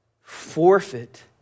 forfeit